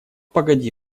погоди